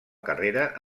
carrera